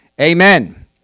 Amen